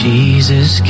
Jesus